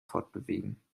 fortbewegen